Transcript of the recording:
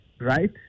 right